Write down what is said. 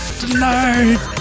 tonight